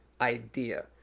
idea